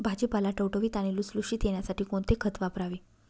भाजीपाला टवटवीत व लुसलुशीत येण्यासाठी कोणते खत वापरावे?